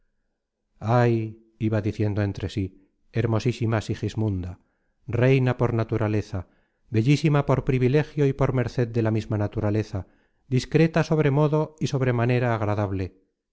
ay iba diciendo entre sí hermosísima sigismunda reina por naturaleza bellísima por privilegio y por merced de la misma naturaleza discreta sobre modo y sobre manera agradable